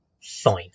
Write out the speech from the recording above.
fine